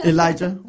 Elijah